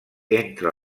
entre